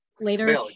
later